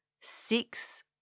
six